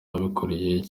akurikiranyweho